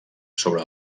sobre